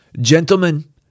Gentlemen